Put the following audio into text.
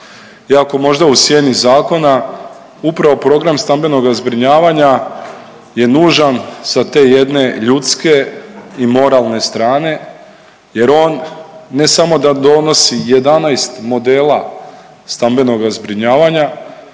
Iako možda u sjeni zakona upravo program stambenoga zbrinjavanja je nužan sa te jedne ljudske i moralne strane jer on ne samo da donosi 11 modela stambenoga zbrinjavanja